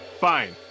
Fine